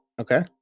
Okay